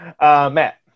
Matt